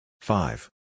five